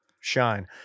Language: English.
shine